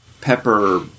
pepper